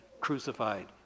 crucified